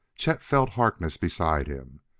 chet felt harkness beside him.